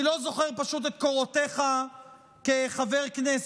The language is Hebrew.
אני פשוט לא זוכר את קורותיך כחבר כנסת,